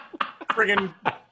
Friggin